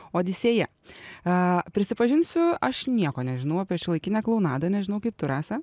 odisėja a prisipažinsiu aš nieko nežinau apie šiuolaikinę klounadą nežinau kaip tu rasa